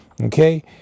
Okay